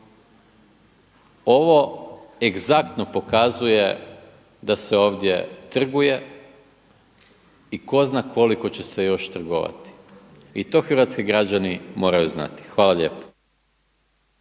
Ovo egzaktno pokazuje da se ovdje trguje i tko zna koliko će se još trgovati i to hrvatski građani moraju znati. Hvala lijepa.